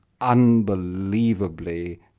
unbelievably